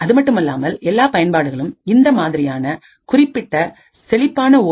அதுமட்டுமல்லாமல் எல்லா பயன்பாடுகளும் இந்த மாதிரியான குறிப்பிட் செழிப்பான ஓ